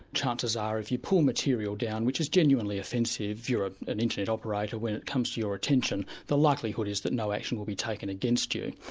chances are if you pull material down which is genuinely offensive, if you're ah an internet operator, when it comes to your attention, the likelihood is that no action will be taken against you.